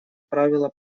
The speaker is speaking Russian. правила